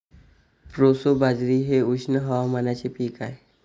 proso बाजरी हे उष्ण हवामानाचे पीक आहे